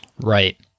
Right